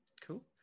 cool